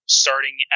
starting